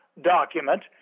document